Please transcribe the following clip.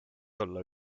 olla